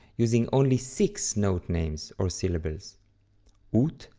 using only six note-names, or syllables ut,